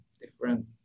different